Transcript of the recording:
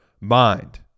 mind